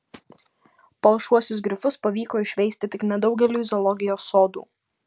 palšuosius grifus pavyko išveisti tik nedaugeliui zoologijos sodų